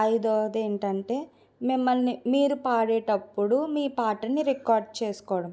ఐదోవది ఏంటంటే మిమ్మలిని మీరు పాడేటప్పుడు మీ పాటని రికార్డ్ చేసుకోవడం